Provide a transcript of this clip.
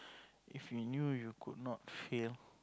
if we knew you could not fail